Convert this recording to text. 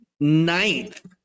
Ninth